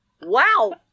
wow